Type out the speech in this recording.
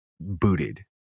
booted